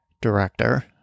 director